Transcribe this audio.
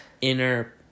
inner